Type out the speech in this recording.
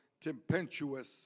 tempestuous